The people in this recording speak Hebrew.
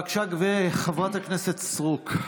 בבקשה, חברת הכנסת סטרוק.